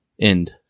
end